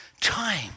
Time